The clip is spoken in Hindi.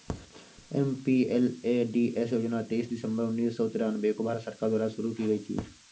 एम.पी.एल.ए.डी.एस योजना तेईस दिसंबर उन्नीस सौ तिरानवे को भारत सरकार द्वारा शुरू की गयी थी